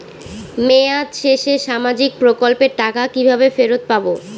মেয়াদ শেষে সামাজিক প্রকল্পের টাকা কিভাবে ফেরত পাবো?